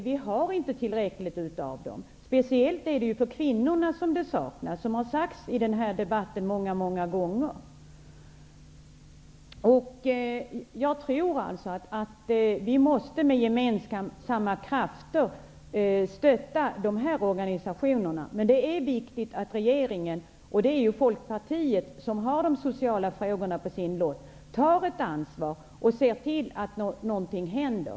Vi har inte tillräckligt med härbärgen. Som det har sagts i denna debatt många, många gånger saknas det härbärgen speciellt för kvinnorna. Jag tror att vi med gemensamma krafter måste stötta de här organisationerna. Det är viktigt att regeringen tar ett ansvar och ser till att någonting händer, och det är Folkpartiet som har de sociala frågorna på sin lott.